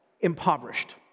impoverished